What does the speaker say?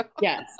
Yes